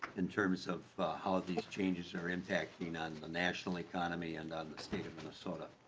in terms of how the changes are impacting on the national economy and the state of minnesota.